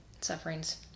suffering's